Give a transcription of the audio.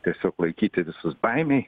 tiesiog laikyti visus baimėj